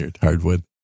hardwood